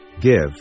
Give